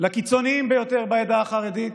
לקיצוניים ביותר בעדה החרדית,